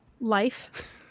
Life